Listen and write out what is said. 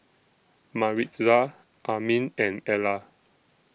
Maritza Armin and Ellar